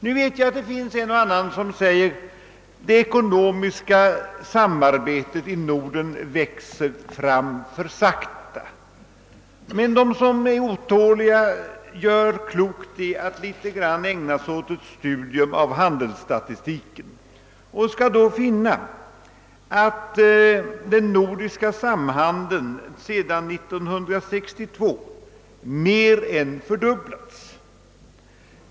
Nu vet jag att det finns en och annan som säger att det ekonomiska samarbetet i Norden växer fram för sakta. Men de som är otåliga gör klokt i att ägna sig en smula åt studium av handelsstatistik. De skall då finna att den nordiska samhandeln sedan 1962 mer än fördubblats.